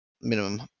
minimum